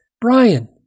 Brian